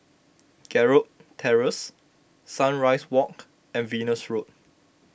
Gerald Terrace Sunrise Walk and Venus Road